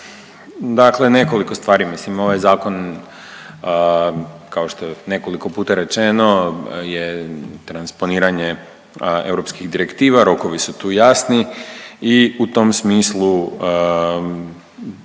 Dakle, nekoliko stvari, mislim ovaj zakon kao što je nekoliko puta rečeno je transponiranje europskih direktiva, rokovi su tu jasni i u tom smislu